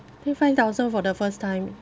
pay five thousand for the first time